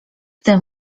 tym